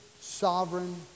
sovereign